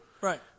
Right